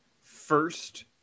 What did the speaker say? first